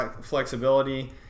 Flexibility